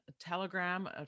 telegram